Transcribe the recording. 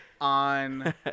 on